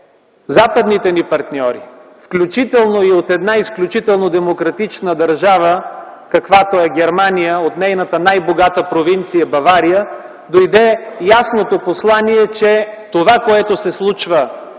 западните ни партньори, включително и от една изключително демократична държава каквато е Германия, от нейната най-богата провинция Бавария дойде ясното послание, че това, което се случва